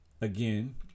Again